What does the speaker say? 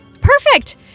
Perfect